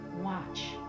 Watch